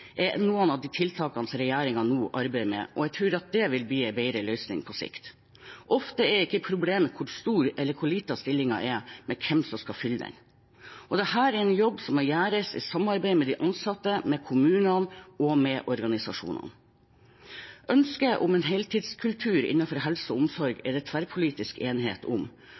er noen av tiltakene regjeringen nå arbeider med. Jeg tror det vil bli en bedre løsning på sikt. Ofte er ikke problemet hvor stor eller hvor liten stillingen er, men hvem som skal fylle den. Dette er en jobb som må gjøres i samarbeid med de ansatte, med kommunene og med organisasjonene. Ønsket om en heltidskultur innenfor helse og omsorg er det tverrpolitisk enighet om,